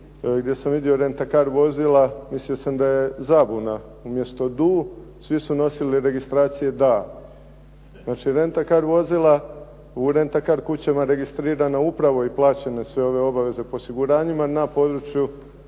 gdje sam vidio rent a car vozila, mislio sam da je zabuna, umjesto DU svi su nosili registracije DA. Znači, rent a car vozila u rent a car kućama registrirana upravo i plaćene sve ove obaveze po osiguranjima na području